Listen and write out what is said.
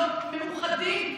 להיות מאוחדים,